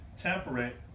temperate